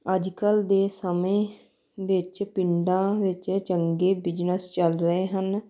ਅੱਜ ਕੱਲ੍ਹ ਦੇ ਸਮੇਂ ਵਿੱਚ ਪਿੰਡਾਂ ਵਿੱਚ ਚੰਗੇ ਬਿਜ਼ਨਸ ਚੱਲ ਰਹੇ ਹਨ